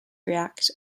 react